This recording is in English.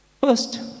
First